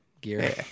gear